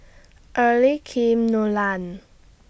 Early Kim Nolan